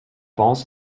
pense